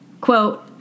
Quote